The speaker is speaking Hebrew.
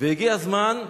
והגיע הזמן,